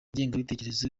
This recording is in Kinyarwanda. ngengabitekerezo